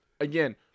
Again